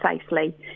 safely